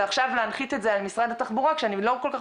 ועכשיו להנחית את זה על משרד התחבור כשאני לא כל כך